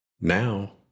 Now